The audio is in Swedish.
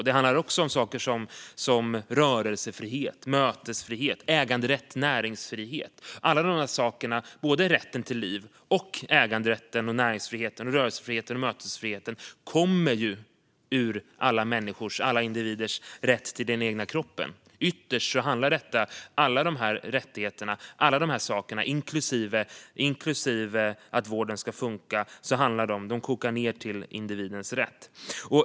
Det handlar också om rörelsefrihet, mötesfrihet, äganderätt och näringsfrihet. Både rätten till liv och äganderätten, näringsfriheten, rörelsefriheten samt mötesfriheten kommer ur alla individers rätt till den egna kroppen. Ytterst handlar alla dessa rättigheter, inklusive att vården ska funka, om och kokar ned till individens rätt.